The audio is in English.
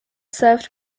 served